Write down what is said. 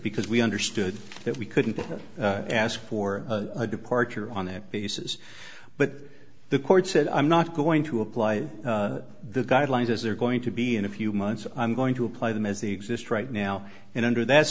because we understood that we couldn't ask for a departure on that basis but the court said i'm not going to apply the guidelines as they're going to be in a few months i'm going to apply them as the exist right now and under that